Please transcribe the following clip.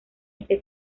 este